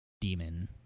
demon